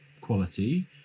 quality